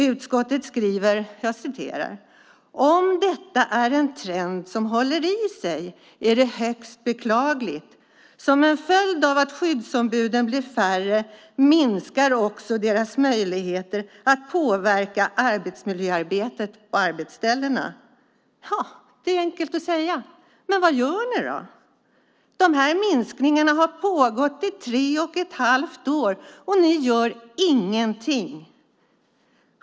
Utskottet skriver: "Om detta är en trend som håller i sig är det . högst beklagansvärt. Som en följd av att skyddsombuden blir färre minskar också deras möjligheter att påverka arbetsmiljöarbetet på arbetsställena." Ja, det är lätt att säga, men vad gör ni då? Dessa minskningar har pågått i tre och ett halvt år och ni gör ingenting!